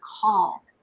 call